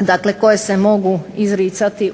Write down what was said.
dakle koje se mogu izricati